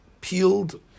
peeled